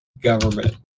government